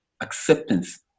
acceptance